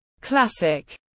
classic